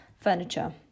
furniture